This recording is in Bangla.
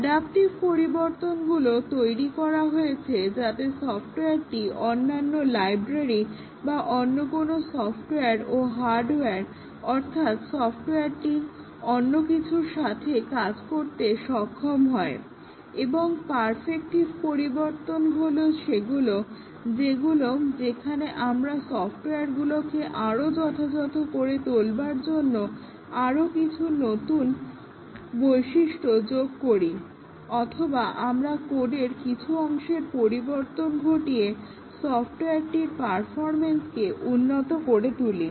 অ্যাডাপটিভ পরিবর্তনগুলো তৈরি করা হয়েছে যাতে সফটওয়্যারটি অন্যান্য লাইব্রেরি বা অন্য কোনো সফটওয়্যার ও হার্ডওয়্যার অর্থাৎ সফটওয়্যারটি অন্য কিছুর সাথে কাজ করতে সক্ষম হয় এবং পারফেক্টিভ পরিবর্তন হলো সেগুলো যেগুলো যেখানে আমরা সফটওয়্যারগুলোকে আরো যথাযথ করে তোলবার জন্য আরো নতুন কিছু বৈশিষ্ট্য যোগ করি অথবা আমরা কোডের কিছু অংশের পরিবর্তন ঘটিয়ে সফটওয়্যারটির পারফরমেন্সকে উন্নত করে তুলি